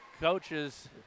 coaches